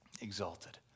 exalted